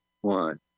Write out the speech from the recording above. one